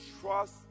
trust